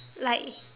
like